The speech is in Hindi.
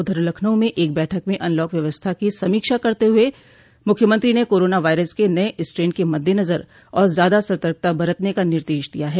उधर लखनऊ में एक बैठक में अनलॉक व्यवस्था की समीक्षा करते हुए मुख्यमंत्री ने कोरोना वायरस के नये स्ट्रेन के मददेनजर और ज्यादा सतर्कता बरतने का निर्देश दिया है